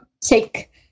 take